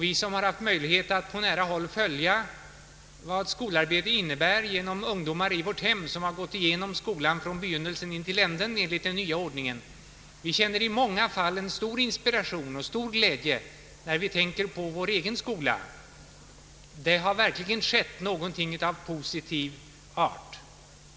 Vi som haft möjlighet att på nära håll följa vad skolarbete innebär genom våra ungdomar som har gått igenom skolan från begynnelsen intill änden enligt den nya ordningen känner i många fall en stor inspiration och en stor glädje när vi jämför med vår egen skola. Det har verkligen skett någonting av positiv art.